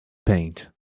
paint